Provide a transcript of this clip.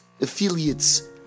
affiliates